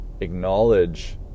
Acknowledge